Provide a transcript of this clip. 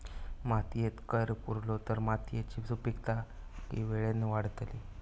मातयेत कैर पुरलो तर मातयेची सुपीकता की वेळेन वाडतली?